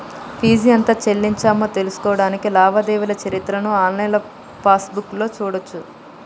fee ఎంత చెల్లించామో తెలుసుకోడానికి లావాదేవీల చరిత్రను ఆన్లైన్ పాస్బుక్లో చూడచ్చు